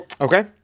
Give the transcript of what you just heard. Okay